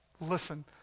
Listen